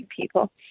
people